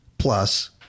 plus